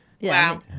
Wow